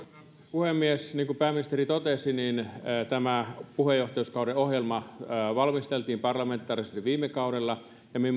puhemies niin kuin pääministeri totesi tämä puheenjohtajuuskauden ohjelma valmisteltiin parlamentaarisesti viime kaudella